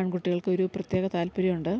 ആൺകട്ടികൾക്കൊരു പ്രത്യേക താല്പര്യമുണ്ട്